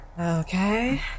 Okay